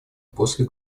после